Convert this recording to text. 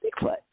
Bigfoot